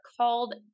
called